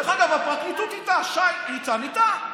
דרך אגב, הפרקליטות איתה, שי ניצן איתה.